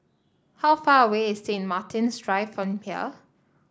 how far away is Saint Martin's Drive from here